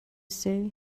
say